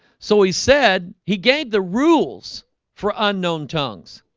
so he said he gave the rules for unknown tongues